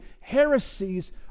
heresies